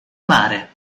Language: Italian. mare